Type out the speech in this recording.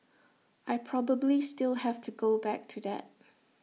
I probably still have to go back to that